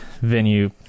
venue